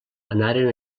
anaren